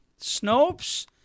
Snopes